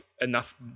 enough